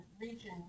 region